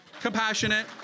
compassionate